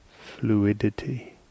fluidity